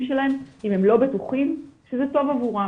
שלהם אם הם לא בטוחים שזה טוב עבורם.